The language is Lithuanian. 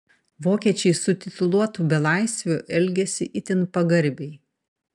vokiečiai su tituluotu belaisviu elgėsi itin pagarbiai